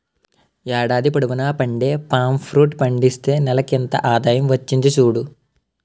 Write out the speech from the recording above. ఏడాది పొడువునా పండే పామ్ ఫ్రూట్ పండిస్తే నెలకింత ఆదాయం వచ్చింది సూడు